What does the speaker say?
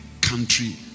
country